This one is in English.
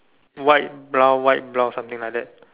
white brown white brown something like that